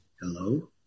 hello